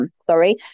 sorry